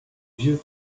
vieux